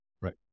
Right